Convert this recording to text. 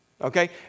Okay